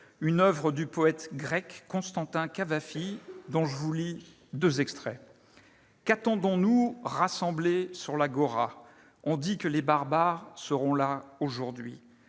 une oeuvre du poète grec Constantin Cavafy, dont je vous lis deux extraits :« Qu'attendons-nous, rassemblés sur l'agora ?« On dit que les Barbares seront là aujourd'hui. «